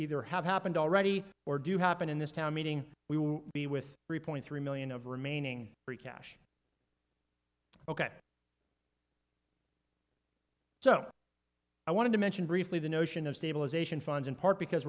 either have happened already or do happen in this town meeting we will be with three point three million of remaining free cash ok so i wanted to mention briefly the notion of stabilization funds in part because